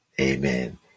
Amen